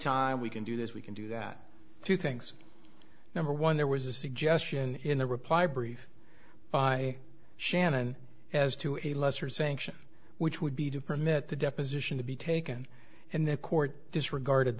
time we can do this we can do that two things number one there was a suggestion in the reply brief by shannon as to a lesser sanction which would be to permit the deposition to be taken and the court disregarded